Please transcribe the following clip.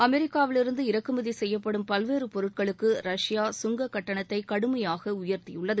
அமெரிக்காவிலிருந்து இறக்குமதி செய்யப்படும் பல்வேறு பொருட்களுக்கு ரஷ்யா கங்கக் கட்டணத்தை கடுமையாக உயர்த்தியுள்ளது